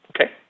okay